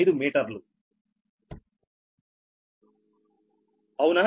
995 మీటర్లు అవునా